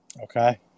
Okay